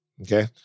Okay